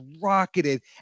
rocketed